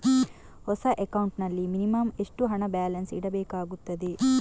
ಹೊಸ ಅಕೌಂಟ್ ನಲ್ಲಿ ಮಿನಿಮಂ ಎಷ್ಟು ಹಣ ಬ್ಯಾಲೆನ್ಸ್ ಇಡಬೇಕಾಗುತ್ತದೆ?